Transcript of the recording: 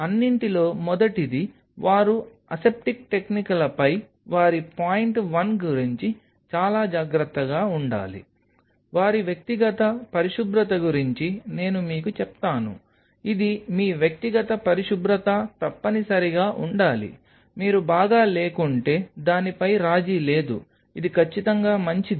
అన్నింటిలో మొదటిది వారు అసెప్టిక్ టెక్నిక్లపై వారి పాయింట్ వన్ గురించి చాలా జాగ్రత్తగా ఉండాలి వారి వ్యక్తిగత పరిశుభ్రత గురించి నేను మీకు చెప్తాను ఇది మీ వ్యక్తిగత పరిశుభ్రత తప్పనిసరిగా ఉండాలి మీరు బాగా లేకుంటే దానిపై రాజీ లేదు ఇది ఖచ్చితంగా మంచిది